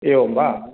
एवं वा